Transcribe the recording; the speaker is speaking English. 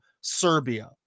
Serbia